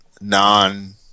non